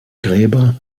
gräber